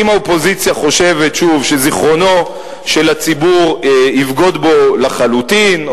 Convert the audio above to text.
אם האופוזיציה חושבת שוב שזיכרונו של הציבור יבגוד בו לחלוטין,